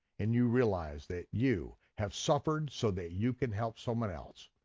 and you realize that you have suffered so that you can help someone else.